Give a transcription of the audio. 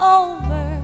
over